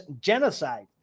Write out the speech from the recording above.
genocide